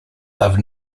have